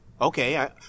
okay